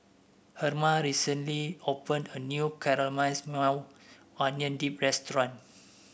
Herma recently opened a new Caramelized Maui Onion Dip restaurant